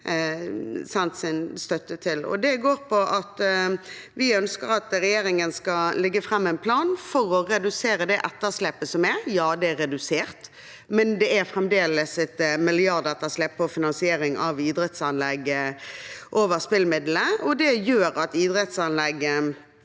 vi ønsker at regjeringen skal legge fram en plan for å redusere det etterslepet som er. Ja, det er redusert, men det er fremdeles et milliardetterslep på finansiering av idrettsanlegg over spillemidlene. Det gjør at idrettsanlegg